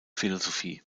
philosophie